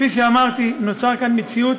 כפי שאמרתי, נוצרה כאן מציאות